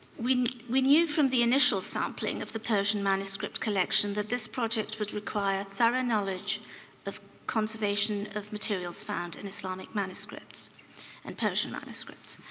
we we knew from the initial sampling of the persian manuscript collection that this project would require thorough knowledge of conservation of materials found in islamic manuscripts and persian manuscripts.